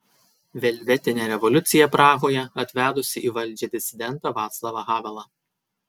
velvetinė revoliucija prahoje atvedusi į valdžią disidentą vaclavą havelą